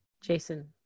jason